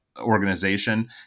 organization